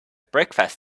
breakfast